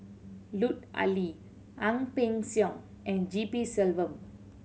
Lut Ali Ang Peng Siong and G P Selvam